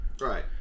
right